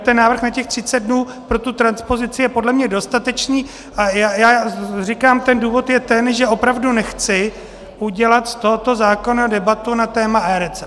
ten návrh na 30 dnů pro tu transpozici je podle mě dostatečný a já říkám, ten důvod je ten, že opravdu nechci udělat z tohoto zákona debatu na téma eRecept.